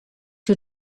two